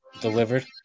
delivered